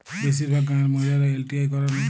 বেশিরভাগ গাঁয়ের মহিলারা এল.টি.আই করেন